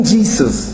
Jesus